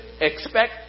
expect